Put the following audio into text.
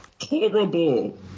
horrible